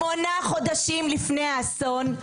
שמונה חודשים לפני האסון,